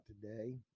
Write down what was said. today